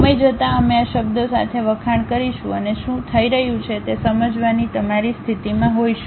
સમય જતાં અમે આ શબ્દો સાથે વખાણ કરીશું અને શું થઈ રહ્યું છે તે સમજવાની તમારી સ્થિતિમાં હોઈશું